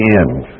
end